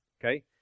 Okay